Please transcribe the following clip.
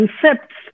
concepts